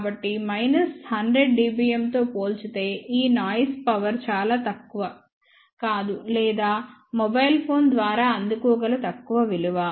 కాబట్టి minus 100 dBm తో పోల్చితే ఈ నాయిస్ పవర్ చాలా తక్కువ కాదు లేదా మొబైల్ ఫోన్ ద్వారా అందుకోగల తక్కువ విలువ